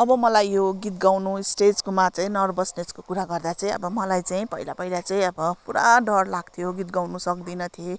अब मलाई यो गीत गाउनु स्टेजकोमा चाहिँ नर्भसनेसको कुरा गर्दा चाहिँ अब मलाई चाहिँ पहिला पहिला चाहिँ अब पुरा डर लाग्थ्यो गीत गाउनु सक्दिनथेँ